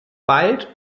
bald